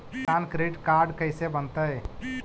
किसान credit card कैसे बनतै?